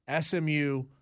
SMU